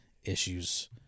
issues